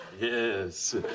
Yes